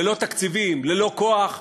ללא תקציבים, ללא כוח,